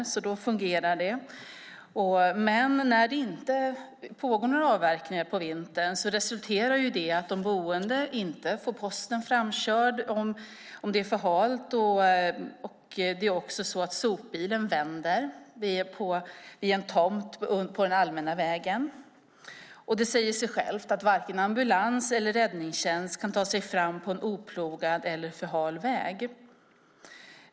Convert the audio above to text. Då fungerar det. Men när det inte pågår någon avverkning på vintern resulterar det i att de boende inte får posten framkörd om det är för halt. Det är också så att sopbilen vänder vid en tomt på den allmänna vägen. Det säger sig självt att varken ambulans eller räddningstjänst kan ta sig fram på oplogad eller för hal väg.